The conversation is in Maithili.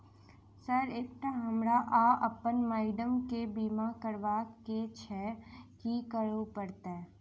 सर एकटा हमरा आ अप्पन माइडम केँ बीमा करबाक केँ छैय की करऽ परतै?